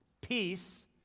Peace